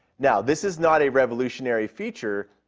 now, this is not a revolutionary feature,